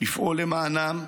לפעול למענם,